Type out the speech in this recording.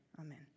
Amen